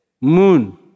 Moon